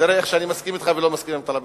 תראה איך אני מסכים אתך ולא מסכים עם טלב אלסאנע,